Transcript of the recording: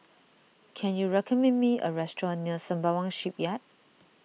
can you recommend me a restaurant near Sembawang Shipyard